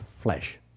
flesh